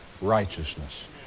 righteousness